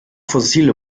fossile